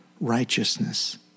righteousness